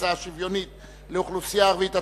הקצאה שוויונית לאוכלוסייה הערבית),